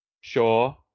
Sure